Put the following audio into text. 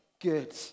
good